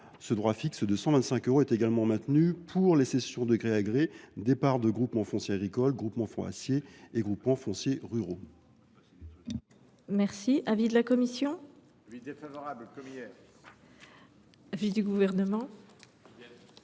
Ce droit fixe de 125 euros sera également maintenu pour les cessions de gré à gré de parts de groupements fonciers agricoles (GFA), de groupements forestiers et de groupements fonciers ruraux.